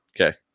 okay